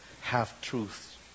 Half-truths